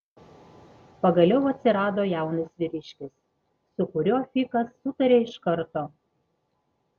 pagaliau atsirado jaunas vyriškis su kuriuo fikas sutarė iš karto